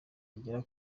igera